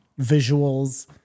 visuals